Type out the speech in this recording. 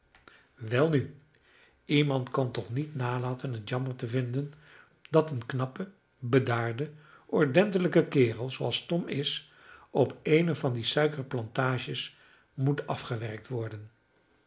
welnu iemand kan toch niet nalaten het jammer te vinden dat een knappe bedaarde ordentelijke kerel zooals tom is op eene van die suikerplantages moet afgewerkt worden